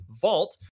Vault